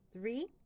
three